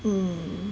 mm